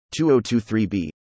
2023B